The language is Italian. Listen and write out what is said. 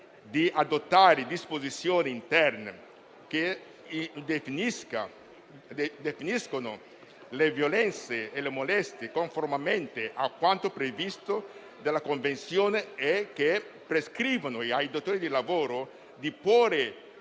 di adottare disposizioni interne che definiscano le violenze e le molestie conformemente a quanto previsto dalla Convenzione e che prescrivano ai datori di lavoro di porre